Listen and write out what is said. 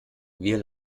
wir